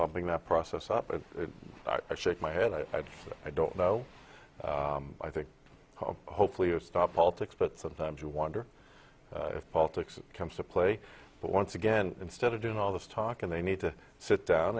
pumping that process up and i shake my head i don't know i think hopefully you stop politics but sometimes you wonder if politics comes to play but once again instead of doing all this talk and they need to sit down